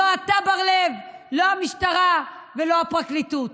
לא אתה, בר לב, לא המשטרה ולא הפרקליטות.